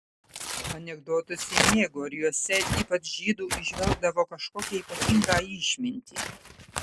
anekdotus ji mėgo ir juose ypač žydų įžvelgdavo kažkokią ypatingą išmintį